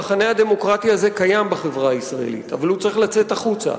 המחנה הדמוקרטי הזה קיים בחברה הישראלית אבל הוא צריך לצאת החוצה,